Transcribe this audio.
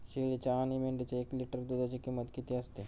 शेळीच्या आणि मेंढीच्या एक लिटर दूधाची किंमत किती असते?